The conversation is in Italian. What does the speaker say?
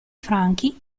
franchi